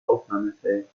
aufnahmefähig